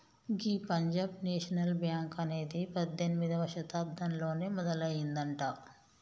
గీ Punjab National Bank అనేది పద్దెనిమిదవ శతాబ్దంలోనే మొదలయ్యిందట